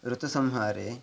ऋतुसंहारे